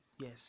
Yes